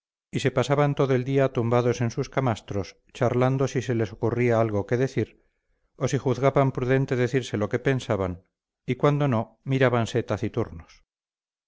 y se pasaban todo el día tumbados en sus camastros charlando si se les ocurría algo que decir o si juzgaban prudente decirse lo que pensaban y cuando no mirábanse taciturnos